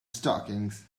stockings